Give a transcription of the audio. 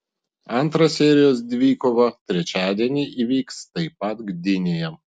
antra serijos dvikova trečiadienį įvyks taip pat gdynėje